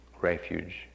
refuge